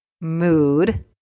mood